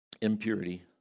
impurity